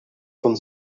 von